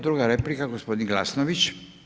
Druga replika gospodin Glasnović.